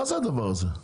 מה זה הדבר הזה?